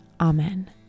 Amen